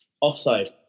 Offside